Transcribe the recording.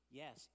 yes